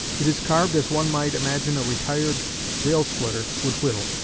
it is carved as one might imagine a retired railsplitter would whittle,